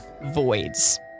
voids